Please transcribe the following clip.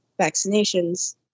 vaccinations